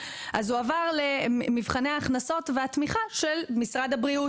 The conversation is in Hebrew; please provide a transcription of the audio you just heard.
הוא עבר למבחני ההכנסות והתמיכה של משרד הבריאות.